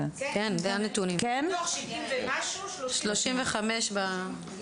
מתוך 70 ומשהו 35 במגזר.